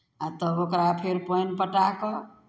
आ तब ओकरा फेर पानि पटा कऽ